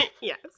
Yes